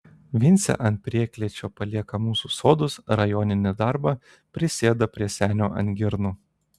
vincė ant prieklėčio palieka mūsų sodus rajoninį darbą prisėda prie senio ant girnų